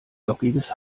lockiges